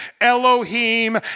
Elohim